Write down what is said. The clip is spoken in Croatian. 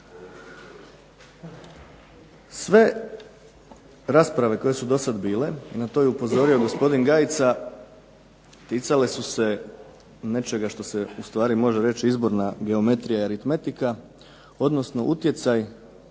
Sve rasprave koje su dosad bile, na to je upozorio gospodin Gajica, ticale su se nečega što se ustvari može reći izborna geometrija i aritmetika, odnosno utjecaj